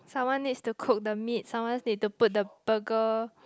someone needs to cook the meat someone needs to put the burger